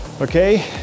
okay